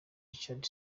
richard